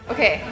Okay